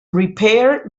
repair